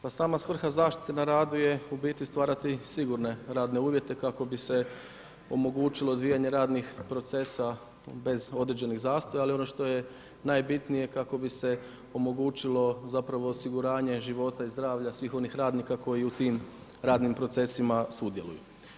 Pa sama svrha zaštite na radu je u biti stvarati sigurne radne uvjete kako bi se omogućilo radnih procesa bez određenih zastoja, ali ono što je najbitnije kako bi se omogućilo osiguranje života i zdravlja svih onih radnika koji u tim radnim procesima sudjeluju.